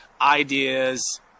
ideas